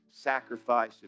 sacrifice